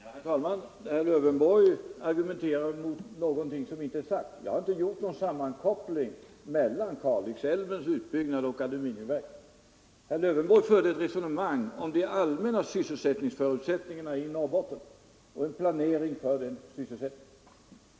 Herr talman! Herr Lövenborg argumenterar mot någonting som inte alls är sagt. Jag har inte gjort någon sammankoppling melian Kalixälvens utbyggnad och aluminiumverket. Herr Lövenborg förde ett resonemang om de allmänna sysselsättningsförutsättningarna i Norrbotten och planeringen för denna sysselsättning.